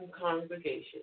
congregation